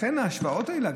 לכן ההשוואות האלה,